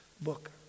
book